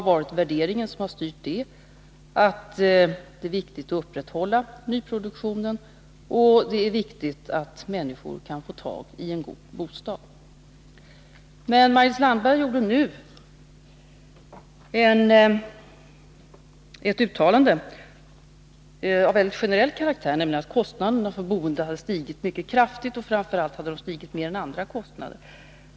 Värderingen som har styrt vårt handlande är att det är viktigt att upprätthålla nyproduktionen och att människor kan få tag i en god bostad. Men Maj-Lis Landberg gjorde nu ett uttalande av väldigt generell karaktär, nämligen att kostnaderna för boendet har stigit mycket kraftigt och framför allt stigit mer än andra kostnader.